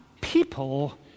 people